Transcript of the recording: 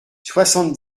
soixante